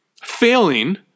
failing